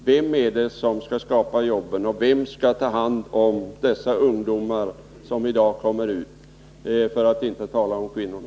Vem är det som skall skapa jobben, och vem skall ta hand om de ungdomar som i dag kommer ut på arbetsmarknaden och som inte får plats i gymnasieskolan — för att inte tala om kvinnorna?